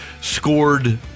scored